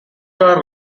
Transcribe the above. car